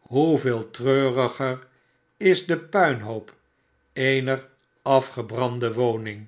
hoeveel treuriger is de puinhoop eener afgebrande woning